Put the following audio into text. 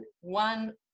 one